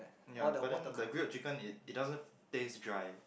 yea but then the grilled chicken it it doesn't taste dry